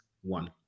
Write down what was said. one